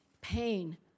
pain